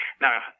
Now